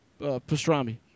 pastrami